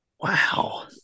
Wow